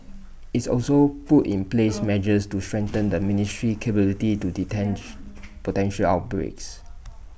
it's also put in place measures to strengthen the ministry's capability to potential outbreaks